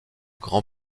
grand